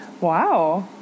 wow